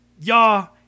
Y'all